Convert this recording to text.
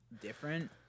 different